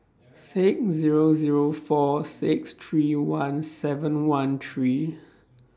six Zero Zero four six three one seven one three